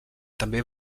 també